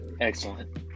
excellent